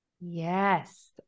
yes